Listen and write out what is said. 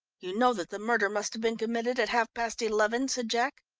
you know that the murder must have been committed at half-past eleven? said jack.